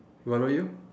what about you